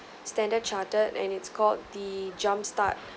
standard chartered and it's called the jumpstart